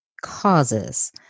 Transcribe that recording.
causes